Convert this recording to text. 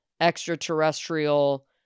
extraterrestrial